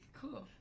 cool